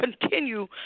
continue